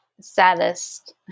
saddest